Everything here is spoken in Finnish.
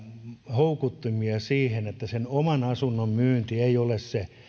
houkuttimia että sen oman asunnon myynti ei ole se